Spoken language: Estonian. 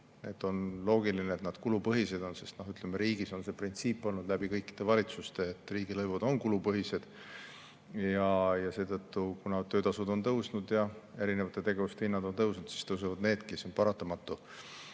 On loogiline, et need on kulupõhised. Riigis on see printsiip olnud kõikide valitsuste ajal, et riigilõivud on kulupõhised. Seetõttu, kuna töötasud on tõusnud ja erinevate tegevuste hinnad on tõusnud, siis tõusevad needki, see on paratamatu.